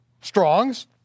Strong's